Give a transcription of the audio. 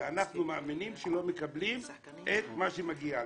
אנחנו מאמינים שלא מקבלים את מה שמגיע לנו.